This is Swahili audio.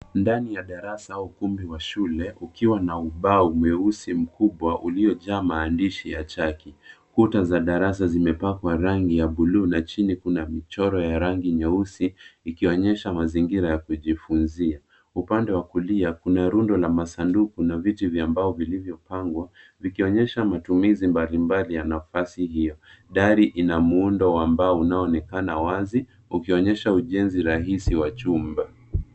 Ndani ya darasa au ukumbi wa shule ukiwa na ubao mweusi mkubwa uliojaa maandishi ya chaki. Kuta za darasa zimepakwa rangi ya buluu na chini kuna michoro ya rangi nyeusi ikionyesha mazingira ya kujifunzia. Upande wa kulia kuna rundo la masanduku na viti vya mbao vilivyopangwa vikionyesha matumizi mbalimbali ya nafasi hiyo. Dari ina muundo wa mbao unaonekana wazi ukionyesha ujenzi rahis wa jumba.